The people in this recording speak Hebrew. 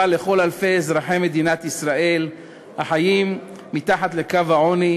לכל אלפי אזרחי מדינת ישראל החיים מתחת לקו העוני,